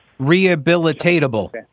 Rehabilitatable